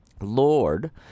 Lord